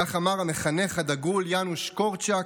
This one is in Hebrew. כך אמר המחנך הדגול יאנוש קורצ'אק,